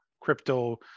crypto